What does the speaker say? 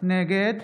נגד